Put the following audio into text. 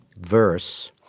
verse